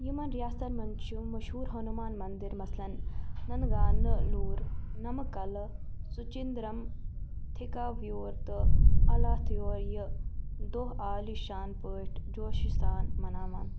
یِمن رِیاستن منٛز چھِ مشہوٗر ہنوٗمان منٛدر مثلاً ننٛگانہ لوٗر، نمَہٕ کَلہ، سُچِنٛدرَم، تِھرکاوِیوُر تہٕ اَلاتِھیوُر یہِ دۄہ عٲلی شان پٲٹھۍ جوشہٕ سان مَناوان